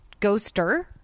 ghoster